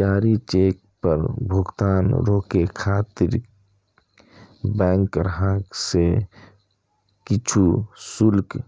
जारी चेक पर भुगतान रोकै खातिर बैंक ग्राहक सं किछु शुल्क